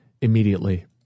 immediately